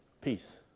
Peace